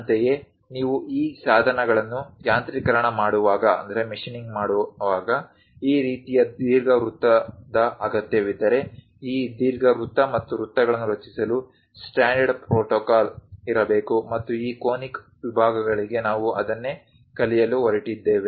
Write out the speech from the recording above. ಅಂತೆಯೇ ನೀವು ಈ ಸಾಧನಗಳನ್ನು ಯಾಂತ್ರೀಕರಣ ಮಾಡುವಾಗ ಈ ರೀತಿಯ ದೀರ್ಘವೃತ್ತದ ಅಗತ್ಯವಿದ್ದರೆ ಈ ದೀರ್ಘವೃತ್ತ ಮತ್ತು ವೃತ್ತಗಳನ್ನು ರಚಿಸಲು ಸ್ಟ್ಯಾಂಡರ್ಡ್ ಪ್ರೋಟೋಕಾಲ್ ಇರಬೇಕು ಮತ್ತು ಈ ಕೋನಿಕ್ ವಿಭಾಗಗಳಿಗೆ ನಾವು ಅದನ್ನೇ ಕಲಿಯಲು ಹೊರಟಿದ್ದೇವೆ